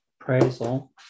appraisal